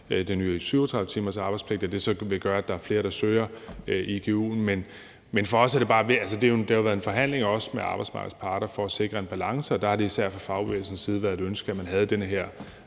den nye 37-timersarbejdspligt, og at det så vil gøre, at der er flere, der søger igu'en. Men det har jo også været en forhandling med arbejdsmarkedets parter for at sikre en balance, og der har det især fra fagbevægelsens side været et ønske, at man havde den her